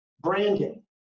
branding